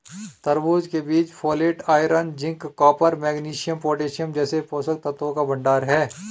तरबूज के बीज folate, iron, zinc, copper, magnesium, potassium जैसे पोषक तत्वों का भंडार है